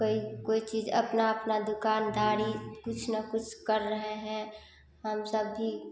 कोई कोई चीज अपना अपना दुकानदारी कुछ ना कुछ कर रहे हैं हम सब भी